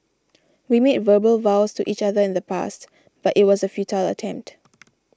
we made verbal vows to each other in the past but it was a futile attempt